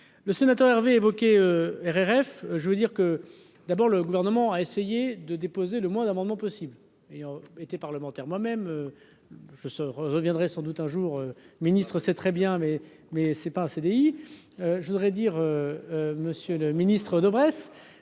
le sénateur Hervé R RF, je veux dire que d'abord, le gouvernement a essayé de déposer le moins d'amendements possible et été parlementaire moi même je sors, je reviendrai sans doute un jour Ministre c'est très bien, mais, mais c'est pas un CDI, je voudrais dire, Monsieur le Ministre, Daubresse,